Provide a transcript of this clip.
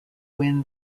win